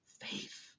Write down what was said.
faith